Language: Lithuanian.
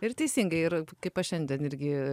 ir teisingai ir kaip aš šiandien irgi